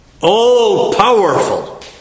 all-powerful